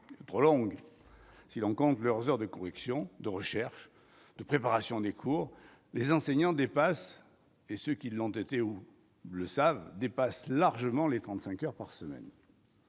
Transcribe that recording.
trop longue, si l'on compte leurs heures de correction de recherche de préparation des cours, les enseignants dépasse et ceux qui l'ont été, ou le savent, dépasse largement les 35 heures par semaine.